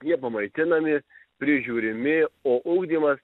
jie pamaitinami prižiūrimi o ugdymas